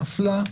ההסתייגות נפלה.